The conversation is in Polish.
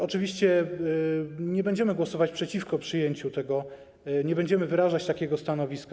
Oczywiście nie będziemy głosować przeciwko przyjęciu tego, nie będziemy wyrażać takiego stanowiska.